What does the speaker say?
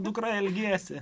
dukra elgiesi